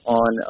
on